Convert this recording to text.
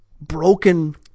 broken